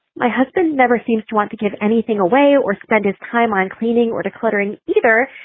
my husband never seems to want to give anything away or spend his time on cleaning or decluttering either.